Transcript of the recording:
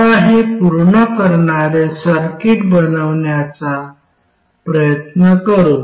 आता हे पूर्ण करणारे सर्किट बनवण्याचा प्रयत्न करू